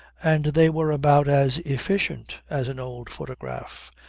and they were about as efficient as an old photograph,